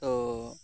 ᱛᱚ